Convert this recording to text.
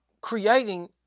creating